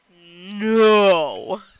No